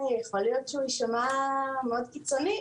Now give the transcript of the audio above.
יכול להיות שהוא יישמע מאוד קיצוני,